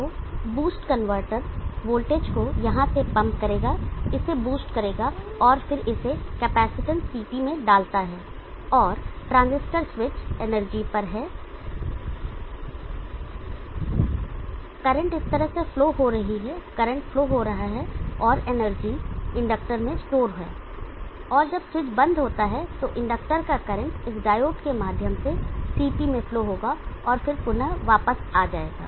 तो boost converter voltage को यहां से पंप करेगा इसे बूस्ट करेगा और फिर इसे कैपेसिटेंस CT में डालता है और ट्रांजिस्टर स्विच एनर्जी पर है करंट इस तरह से फ्लो हो रही है करंट फ्लो हो रहा है और एनर्जी इंडक्टर में स्टोर है और जब स्विच बंद होता है तो इंडक्टर का करंट इस डायोड के माध्यम से CT में फ्लो होगा और फिर पुनः वापस आ जाएगा